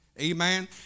Amen